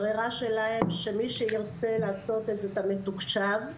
הברירה שלהם היא שמי שירצה לעשות את המתוקשב,